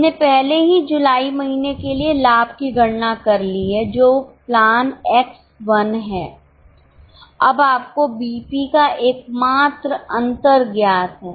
हमने पहले ही जुलाई महीने के लिए लाभ की गणना कर ली है जो प्लान X 1 है अब आपको बीईपी का एकमात्र अंतर ज्ञात है